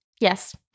Yes